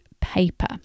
Paper